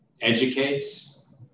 educates